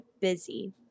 busy